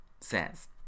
says